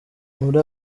muri